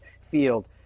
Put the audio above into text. field